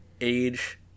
Age